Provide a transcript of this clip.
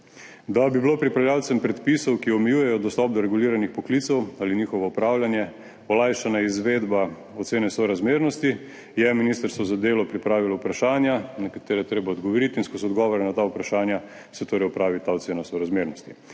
Da bi bila pripravljavcem predpisov, ki omejujejo dostop do reguliranih poklicev ali njihovo upravljanje, olajšana izvedba ocene sorazmernosti, je Ministrstvo za delo pripravilo vprašanja, na katera je treba odgovoriti, in skozi odgovore na ta vprašanja se torej opravi ta ocena sorazmernosti.